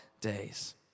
days